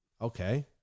Okay